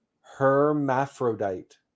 hermaphrodite